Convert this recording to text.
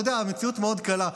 אתה יודע, המציאות מאוד קלה.